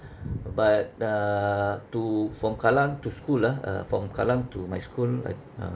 but uh to from kallang to school ah uh from kallang to my school like uh